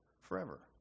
forever